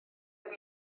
mynd